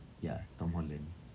ya tom holland